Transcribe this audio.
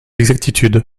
exactitude